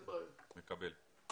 מקבל.